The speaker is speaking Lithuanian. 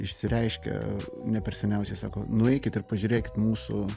išsireiškė ne per seniausiai sako nueikit ir pažiūrėkit mūsų